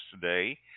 today